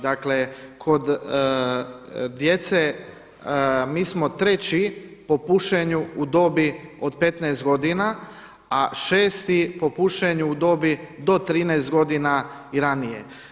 Dakle kod djece, mi smo treći po pušenju u dobi od 15 godina a 6. po pušenju u dobi do 13 godina i ranije.